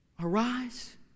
Arise